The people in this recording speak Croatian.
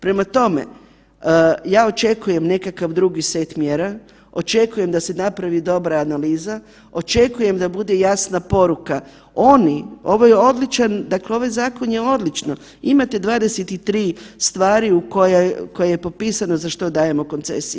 Prema tome, ja očekujem nekakav drugi set mjera, očekujem da se napravi dobra analiza, očekujem da bude jasna poruka, oni, ovo je odličan, dakle ovaj zakon je odlično, imate 23 stvari u koje je popisano za što dajemo koncesije.